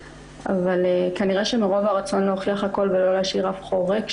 אבל כנראה שמרוב הרצון להוכיח הכול ולא להשאיר אף חור ריק,